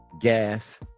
gas